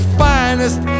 finest